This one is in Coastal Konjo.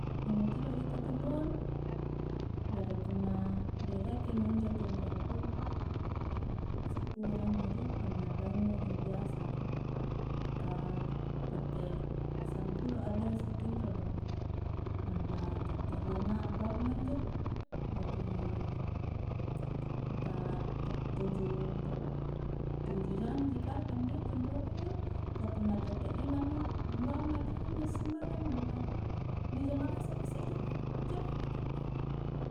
Kunjo todo ja katinroang jari punna direkeng injo tinro ku sikura injo dih punna bangngi i biasa ka tette sampulo a biasa tinro do nampa tette lima ambaung ma injo jadi ta-ta'tuju jang ji kapang dih tinroku injo ka punna tette lima mi ambaung maki injo sumbajang nampa dijama ngasek mi isse jamang-jamanga kitte